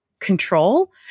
control